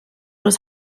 was